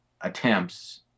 attempts